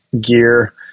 gear